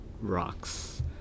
rocks